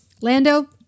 Lando